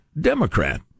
Democrat